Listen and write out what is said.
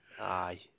Aye